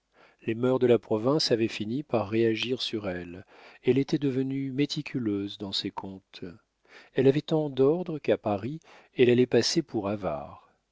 les mœurs de la province avaient fini par réagir sur elle elle était devenue méticuleuse dans ses comptes elle avait tant d'ordre qu'à paris elle allait passer pour avare